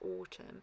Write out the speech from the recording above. autumn